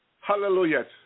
Hallelujah